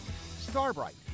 Starbright